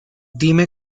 dime